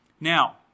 Now